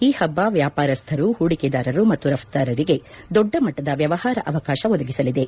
ಈ ಹಬ್ಬ ವ್ಯಾಪಾರಸ್ಥರು ಹೂಡಿಕೆದಾರರು ಮತ್ತು ರಘ್ತುದಾರರಿಗೆ ದೊಡ್ಡ ಮಟ್ವದ ವ್ಯವಹಾರ ಅವಕಾಶ ಒದಗಿಸಲಿದೆ